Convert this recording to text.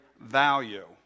value